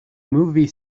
movie